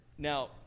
Now